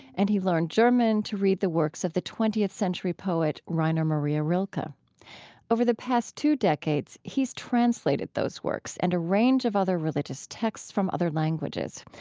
and he learned german to read the works of the twentieth century poet rainer maria rilke. ah over the past two decades, he's translated those works and a range of other religious texts from other languages.